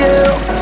else